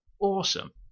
Awesome